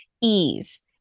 ease